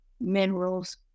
minerals